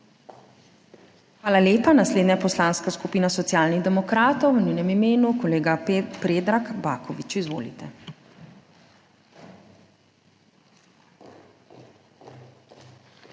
Hvala lepa. Naslednja Poslanska skupina Socialnih demokratov, v njenem imenu kolega Predrag Baković. Izvolite.